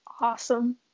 awesome